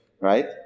right